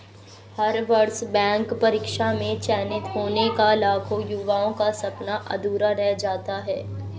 हर वर्ष बैंक परीक्षा में चयनित होने का लाखों युवाओं का सपना अधूरा रह जाता है